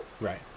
Right